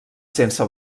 sense